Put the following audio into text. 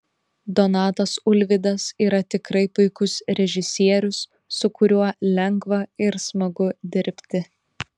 donatas ulvydas yra tikrai puikus režisierius su kuriuo lengva ir smagu dirbti